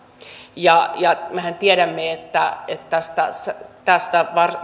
mehän tiedämme että tästä